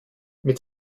mit